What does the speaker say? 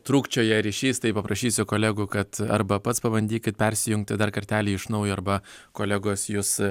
trūkčioja ryšys tai paprašysiu kolegų kad arba pats pabandykit persijungti dar kartelį iš naujo arba kolegos jus